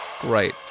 Great